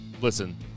Listen